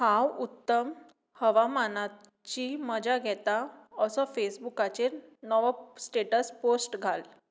हांव उत्तम हवामानाची मजा घेतां असो फेसबुकाचेर नवो स्टेटस पोस्ट घाल